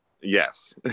yes